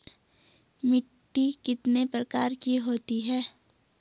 मिट्टी कितने प्रकार की होती है?